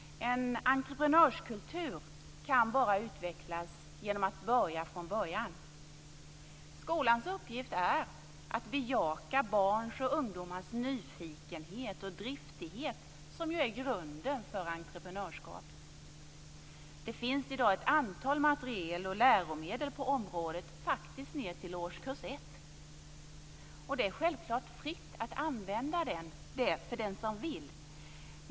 En entreprenörskultur kan bara utvecklas genom att man börjar från början. Skolans uppgift är att bejaka barns och ungdomars nyfikenhet och driftighet, som ju är grunden för entreprenörskap. Det finns i dag ett antal material och läromedel på området, faktiskt ned till årskurs ett. Det är självklart fritt att använda det för den som vill.